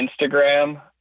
Instagram